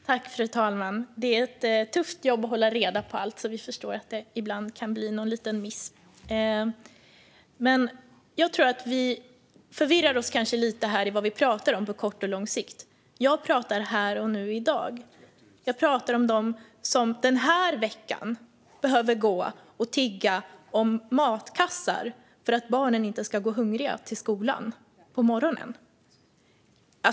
Fru talman! Jag tror att det kanske blir lite förvirrat när det gäller vad vi pratar om på kort och lång sikt. Jag pratar om här och nu, i dag - om dem som den här veckan behöver gå och tigga matkassar för att barnen inte ska gå hungriga till skolan på morgonen.